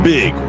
Big